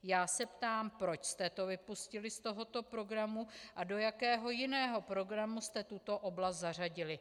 Já se ptám, proč jste to vypustili z tohoto programu a do jakého jiného programu jste tuto oblast zařadili.